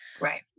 Right